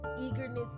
eagerness